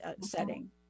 setting